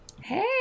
Hey